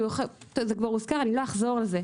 זה כבר הוזכר, לא אחזור על זה.